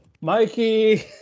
Mikey